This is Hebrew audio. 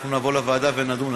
אנחנו נבוא לוועדה ונדון.